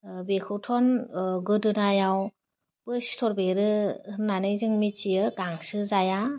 ओह बेखौथन ओह गोदोनायाव बो सिथर बेरो होननानै जों मिथियो गांसो जाया